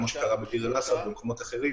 כמו שקרה בדיר אל אסד ובמקומות אחרים.